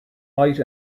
might